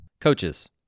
Coaches